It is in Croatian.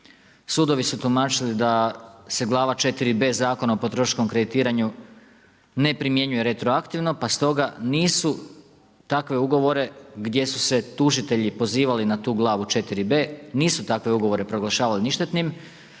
sudovi su tumačili da se glava 4B Zakon o potrošačkom kreditiranju ne primjenjuje retroaktivno pa stoga nisu, takve ugovore, gdje su se tužitelji pozivali na tu glavu 4B, nisu takve ugovore proglašavali ništetnim,